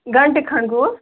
گھنٛٹہٕ کھنٛڈ گوٚو